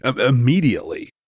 immediately